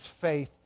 faith